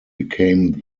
became